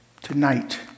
Tonight